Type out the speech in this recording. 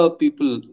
people